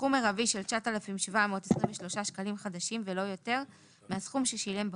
בסכום מרבי של 9,723 שקלים חדשים ולא יותר מהסכום ששילם בפועל.